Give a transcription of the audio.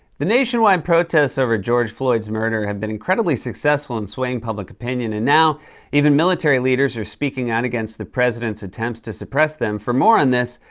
the nationwide protests over george floyd's murder have been incredibly successful in swaying public opinion. and now even military leaders are speaking out against the president's attempts to suppress them. for more on this,